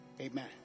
amen